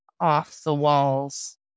off-the-walls